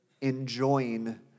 enjoying